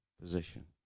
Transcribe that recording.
position